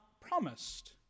promised